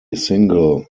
single